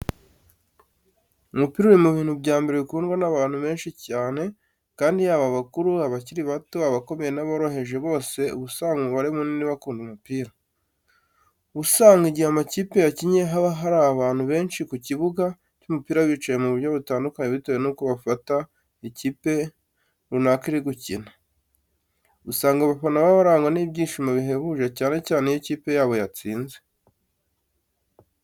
Umupira uri mu bintu bya mbere bikundwa n'abantu benshi cyane kandi yaba abakuru, abakiri bato, abakomeye n'aboroheje bose uba usanga umubare munini bakunda umupira. Uba usanga igihe amakipe yakinnye haba hari abantu benshi ku kibuga cy'umupira bicaye mu buryo butandukanye bitewe nuko bafata ikipe runaka iri gukina. Usanga abafana baba barangwa n'ibyishimo bihebuje cyane cyane iyo ikipe yabo yatsinze.